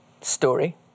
story